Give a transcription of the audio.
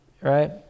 right